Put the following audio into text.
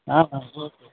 आम् आम्